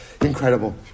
Incredible